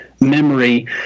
memory